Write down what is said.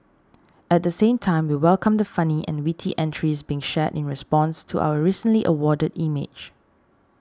at the same time we welcome the funny and witty entries being shared in response to our recently awarded image